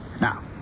Now